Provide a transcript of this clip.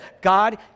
God